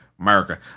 America